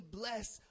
bless